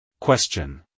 Question